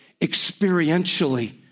experientially